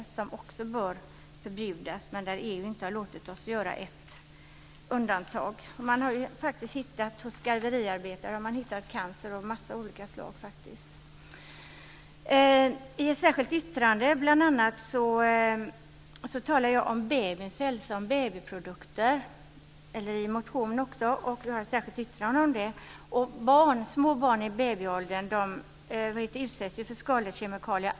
De bör också förbjudas, men EU har inte låtit oss göra ett undantag. Hos garveriarbetare har man faktiskt hittat cancer av många olika slag. I en motion talar jag om babyns hälsa och om babyprodukter. Vi har ett särskilt yttrande som bl.a. tar upp detta. Små barn i babyåldern utsätts för skadliga kemikalier.